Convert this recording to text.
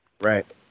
Right